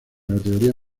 categoría